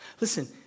Listen